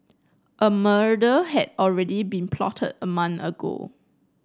a murder had already been plotted a month ago